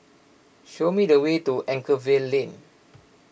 show me the way to Anchorvale Lane